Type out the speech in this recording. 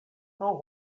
know